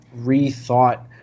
rethought